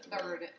third